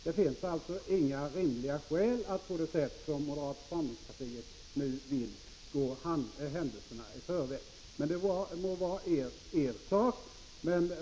Det finns alltså inga rimliga skäl att, som moderaterna nu vill göra, gå händelserna i förväg, men det må vara deras ensak.